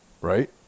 right